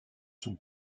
son